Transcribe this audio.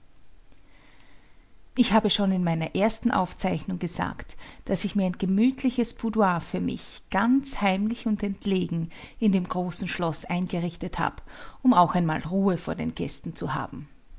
ich habe schon in meiner ersten aufzeichnung gesagt daß ich mir ein gemütliches boudoir für mich ganz heimlich und entlegen in dem großen schloß eingerichtet hab um auch einmal ruhe vor den gästen zu haben